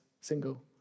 single